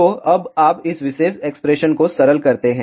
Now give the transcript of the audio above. तो अब आप इस विशेष एक्सप्रेशन को सरल करते हैं